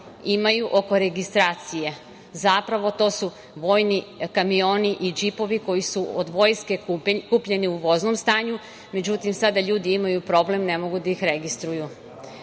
imaju oko registracije. Zapravo, to su vojni kamioni i džipovi koji su od vojske kupljeni u voznom stanju, međutim, sada ljudi imaju problem, ne mogu da ih registruju.